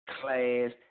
Class